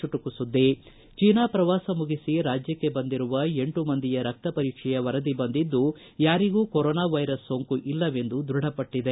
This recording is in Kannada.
ಚುಟುಕು ಸುದ್ದಿ ಚೀನಾ ಪ್ರವಾಸ ಮುಗಿಸಿ ರಾಜ್ಯಕ್ಷೆ ಬಂದಿರುವ ಎಂಟು ಮಂದಿಯ ರಕ್ತ ಪರೀಕ್ಷೆಯ ವರದಿ ಬಂದಿದ್ದು ಯಾರಿಗೂ ಕೊರೊನಾ ವೈರಸ್ ಸೋಂಕು ಇಲ್ಲವೆಂದು ದೃಢಪಟ್ಟಿದೆ